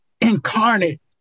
incarnate